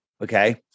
okay